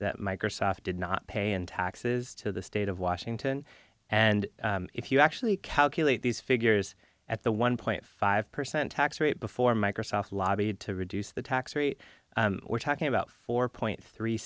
that microsoft did not pay in taxes to the state of washington and if you actually calculate these figures at the one point five percent tax rate before microsoft lobbied to reduce the tax rate we're talking about four point three